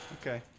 Okay